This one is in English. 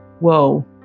whoa